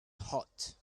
hot